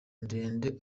ndende